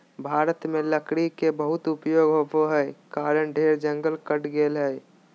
भारत में लकड़ी के बहुत उपयोग होबो हई कारण ढेर जंगल कट गेलय हई